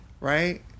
right